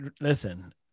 listen